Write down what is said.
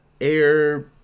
air